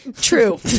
true